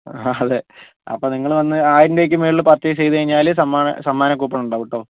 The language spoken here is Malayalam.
ആ അതെ അപ്പോൾ നിങ്ങൾ വന്ന് ആയിരം രൂപയ്ക്ക് മുകളിൽ പർച്ചേസ് ചെയ്ത് കഴിഞ്ഞാൽ സമ്മാന സമ്മാനക്കൂപ്പൺ ഇണ്ടാവും കേട്ടോ